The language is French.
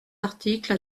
article